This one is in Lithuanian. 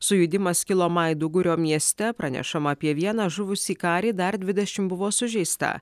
sujudimas kilo maidugurio mieste pranešama apie vieną žuvusį karį dar dvidešimt buvo sužeista